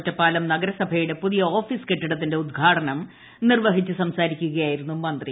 ഒറ്റപ്പാലം നഗരസഭയുടെ പുതിയ ഓഫീസ് കെട്ടിടത്തിന്റെ ഉദ്ഘാടനം നിർവ്വഹിച്ചു സംസാരിക്കുകയായിരുന്നു മന്ത്രി